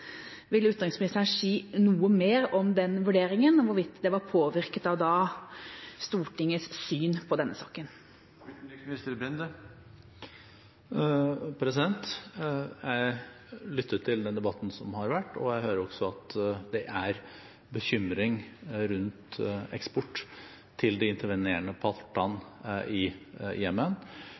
Vil utenriksministeren si noe mer om den vurderinga, og om hvorvidt det var påvirket av Stortingets syn på denne saka? Jeg har lyttet til den debatten som har vært, og jeg hører også at det er bekymring rundt eksport til de intervenerende partene i